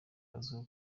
azwiho